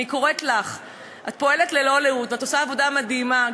אני קוראת לך: את פועלת ללא לאות ואת עושה עבודה מדהימה,